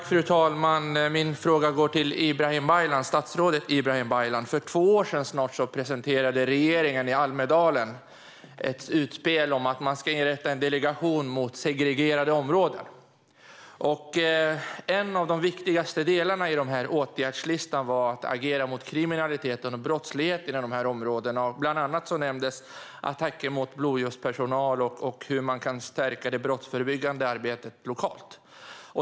Fru talman! Min fråga går till statsrådet Ibrahim Baylan. För snart två år sedan gjorde regeringen i Almedalen ett utspel om att man skulle inrätta en delegation mot segregation. En av de viktigaste delarna i åtgärdslistan var att agera mot kriminaliteten i de segregerade områdena. Bland annat nämndes attacker mot blåljuspersonal och hur man kan stärka det brottsförebyggande arbetet lokalt.